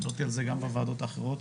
דיברתי על זה גם בוועדות האחרות.